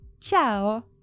Ciao